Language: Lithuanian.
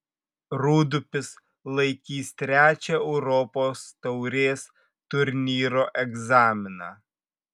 rūdupis laikys trečią europos taurės turnyro egzaminą